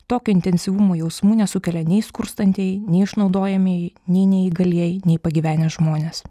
tokio intensyvumo jausmų nesukelia nei skurstantieji nei išnaudojamieji nei neįgalieji nei pagyvenę žmonės